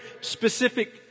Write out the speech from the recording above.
specific